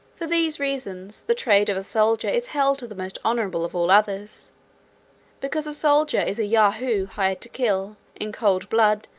for these reasons, the trade of a soldier is held the most honourable of all others because a soldier is a yahoo hired to kill, in cold blood,